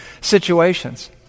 situations